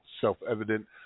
self-evident